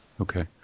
Okay